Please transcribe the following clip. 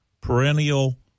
perennial